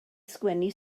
sgwennu